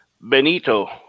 Benito